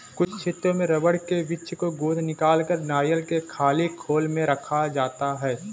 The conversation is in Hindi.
कुछ क्षेत्रों में रबड़ के वृक्ष से गोंद निकालकर नारियल की खाली खोल में रखा जाता है